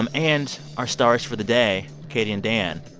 um and our stars for the day, katie and dan.